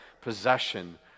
possession